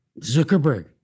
Zuckerberg